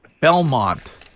Belmont